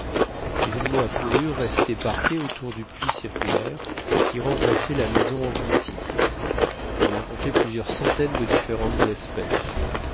les animaux à fourrures restaient parqués autour du puits circulaire qui remplaçait la maison engloutie on en comptait plusieurs centaines de différentes espèces